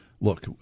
look